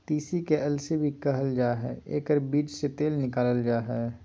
तीसी के अलसी भी कहल जा हइ एकर बीज से तेल निकालल जा हइ